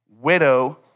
widow